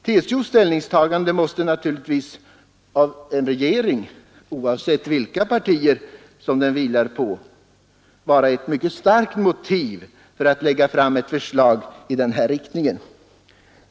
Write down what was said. TCO:s ställningstagande måste naturligtvis av en regering — oavsett vilka partier den vilar på — vara ett mycket starkt motiv för att lägga fram ett förslag i den riktningen.